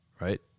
right